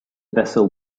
vessel